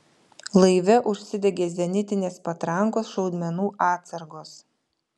laive užsidegė zenitinės patrankos šaudmenų atsargos